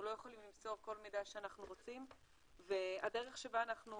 לא יכולים למסור כל מידע שאנחנו רוצים והדרך שבה אנחנו,